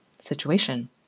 situation